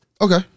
Okay